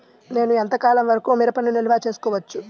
నేను ఎంత కాలం వరకు మిరపను నిల్వ చేసుకోవచ్చు?